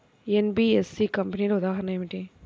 NBFC కంపెనీల ఉదాహరణ ఏమిటి?